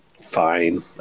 fine